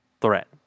threat